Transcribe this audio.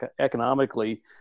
economically